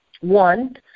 One